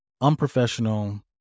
unprofessional